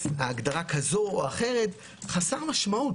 הגדרה כזאת או אחרת זה חסר משמעות.